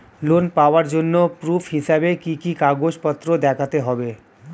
Loan পাওয়ার জন্য proof হিসেবে কি কি কাগজপত্র দেখাতে হবে?